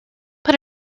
put